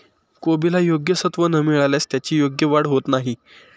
कोबीला योग्य सत्व न मिळाल्यास त्याची योग्य वाढ होत नाही